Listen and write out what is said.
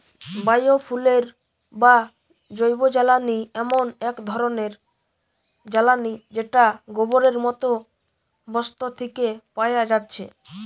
bio fuel বা জৈবজ্বালানি এমন এক ধরণের জ্বালানী যেটা গোবরের মতো বস্তু থিকে পায়া যাচ্ছে